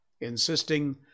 insisting